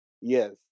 Yes